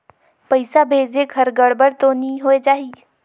पइसा भेजेक हर गड़बड़ तो नि होए जाही?